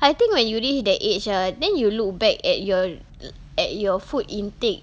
I think when you reach that age ah then you look back at your l~ at your food intake